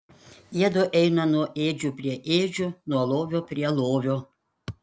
jiedu eina nuo ėdžių prie ėdžių nuo lovio prie lovio